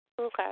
Okay